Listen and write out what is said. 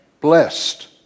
blessed